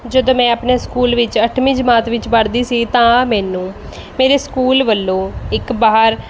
ਜਦੋਂ ਮੈਂ ਆਪਣੇ ਸਕੂਲ ਵਿੱਚ ਅੱਠਵੀਂ ਜਮਾਤ ਵਿੱਚ ਪੜ੍ਹਦੀ ਸੀ ਤਾਂ ਮੈਨੂੰ ਮੇਰੇ ਸਕੂਲ ਵੱਲੋਂ ਇੱਕ ਬਾਹਰ